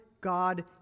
God